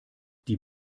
die